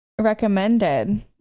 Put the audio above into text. recommended